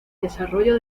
desarrollo